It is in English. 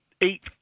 eight